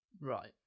Right